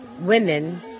women